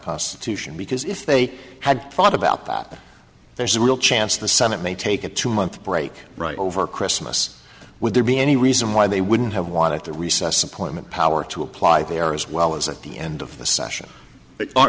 prostitution because if they had thought about that there's a real chance the senate may take a two month break right over christmas would there be any reason why they wouldn't have wanted to recess appointment power to apply there as well as at the end of the session